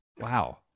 Wow